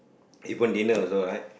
even dinner also right